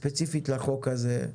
ספציפית לחוק הזה.